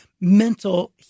mental